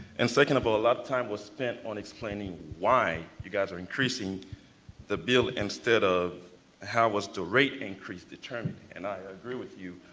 and second of all, a lot of time was spent on explaining why you guys are increasing the bill instead of how was the rate increase determined, and i agree with you,